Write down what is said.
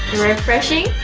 refreshing